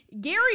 Gary